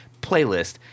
playlist